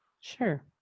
Sure